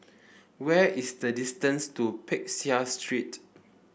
where is the distance to Peck Seah Street